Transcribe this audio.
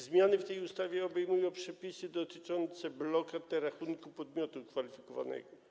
Zmiany w tej ustawie obejmują przepisy dotyczące blokad na rachunku podmiotu kwalifikowanego.